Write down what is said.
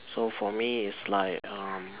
so for me it's like um